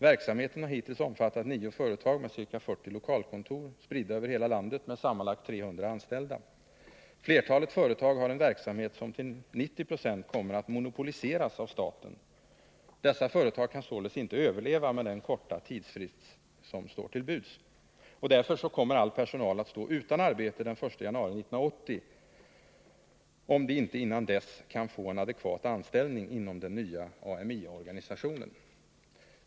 Verksamheten har hittills omfattat nio företag med ca 40 lokalkontor, spridda över hela landet, med sammanlagt 300 anställda. Flertalet företag har en verksamhet som till 90 26 kommer att monopoliseras av staten. Dessa företag kan således inte överleva med den korta tidsfrist som står till buds, och därför kommer all personal att stå utan arbete den 1 januari 1980, om de inte innan dess kan få adekvat anställning inom den nya AMI-organisationen.